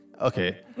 okay